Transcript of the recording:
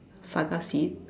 saga seed